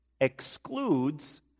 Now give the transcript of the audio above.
excludes